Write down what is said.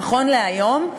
נכון להיום,